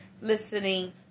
listening